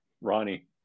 Ronnie